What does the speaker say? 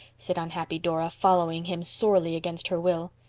said unhappy dora, following him sorely against her will.